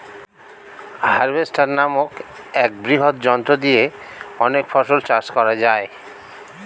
harvester নামক এক বৃহৎ যন্ত্র দিয়ে অনেক ফসল চাষ করা যায়